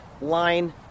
line